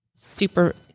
Super